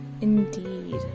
indeed